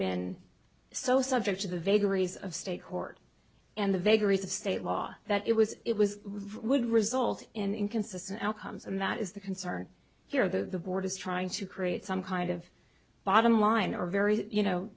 been so subject to the vagaries of state court and the vagaries of state law that it was it was result in inconsistent outcomes and that is the concern here that the board is trying to create some kind of bottom line or very you know